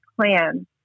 plan